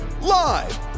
Live